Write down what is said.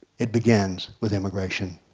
it begins with immigration.